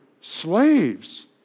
slaves